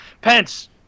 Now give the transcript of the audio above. pence